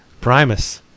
Primus